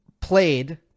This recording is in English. played